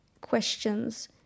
questions